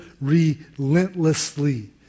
relentlessly